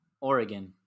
Oregon